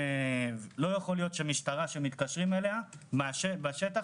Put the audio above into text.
לא יכול להיות שכאשר מתקשרים למשטרה מן השטח,